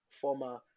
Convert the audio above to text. former